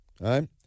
right